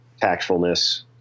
tactfulness